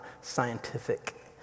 scientific